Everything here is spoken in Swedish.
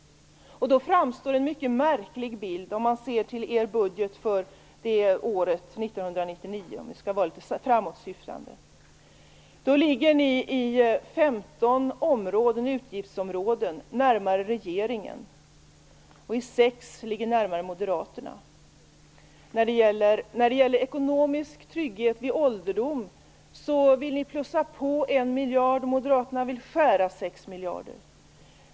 Om man är litet framåtsyftande och ser till er budget för 1999 framstår en mycket märklig bild. Ni ligger på 15 utgiftsområden närmare regeringen, och på 6 områden närmare Moderaterna. När det gäller ekonomisk trygghet vid ålderdom vill ni plussa på en miljard. Moderaterna vill skära 6 miljarder.